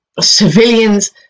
civilians